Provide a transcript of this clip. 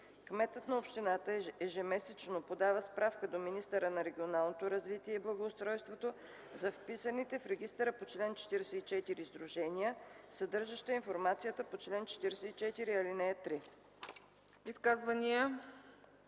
Кметът на общината ежемесечно подава справка до министъра на регионалното развитие и благоустройството за вписаните в регистъра по чл. 44 сдружения, съдържаща информацията по чл. 44, ал. 3.”